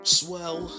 swell